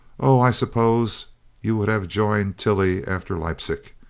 oh, i suppose you would have joined tilly after leipslc.